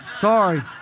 Sorry